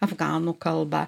afganų kalbą